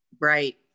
Right